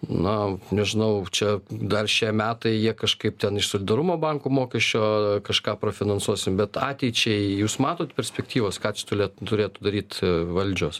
na nežinau čia dar šie metai jie kažkaip ten iš solidarumo bankų mokesčio kažką prafinansuosim bet ateičiai jūs matot perspektyvas ką čia tulėt turėtų daryti valdžios